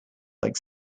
like